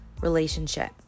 relationship